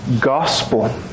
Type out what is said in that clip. gospel